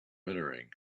entering